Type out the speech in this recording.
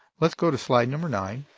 let's go to slide number nine.